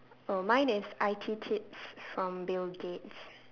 oh mine is I_T tips from bill gates